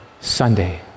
Sunday